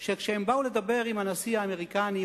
שכשהם באו לדבר עם הנשיא האמריקני,